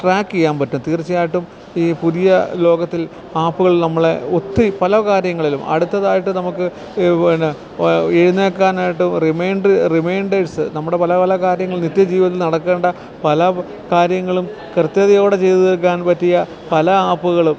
track ചെയ്യാൻ പറ്റും തീർച്ചയായിട്ടും ഈ പുതിയ ലോകത്തിൽ ആപ്പുകൾ നമ്മളെ ഒത്തിരി പല കാര്യങ്ങളിലും അടുത്തതായിട്ട് നമുക്ക് ഈ പിന്നെ എഴുന്നേൽക്കാനായിട്ട് റിമൈൻഡറ് റിമൈൻഡേഴ്സ് നമ്മുടെ പല പല കാര്യങ്ങൾ നിത്യജീവിതത്തിൽ നടക്കേണ്ട പല കാര്യങ്ങളും കൃത്യതയോടെ ചെയ്തു തീർക്കാൻ പറ്റിയ പല ആപ്പുകളും